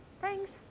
Thanks